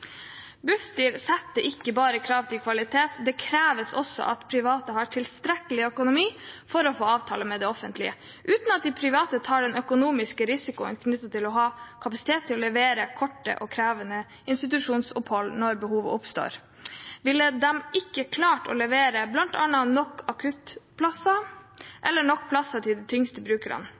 Bufdir setter ikke bare krav til kvalitet; det kreves også at private har tilstrekkelig økonomi for å få avtale med det offentlige. Uten at de private tar den økonomiske risikoen som er knyttet til å ha kapasitet til å levere korte og krevende institusjonsopphold når behovet oppstår, ville de ikke klart å levere bl.a. nok akuttplasser eller nok plasser til de tyngste brukerne.